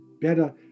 better